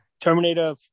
Terminator